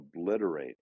obliterate